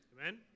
Amen